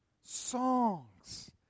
songs